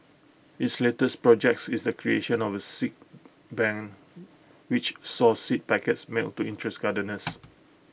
its latest projects is the creation of A seed bank which saw seed packets mailed to interested gardeners